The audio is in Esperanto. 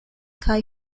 kaj